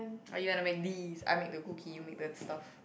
or you wanna make these I make the cookie you make the stuff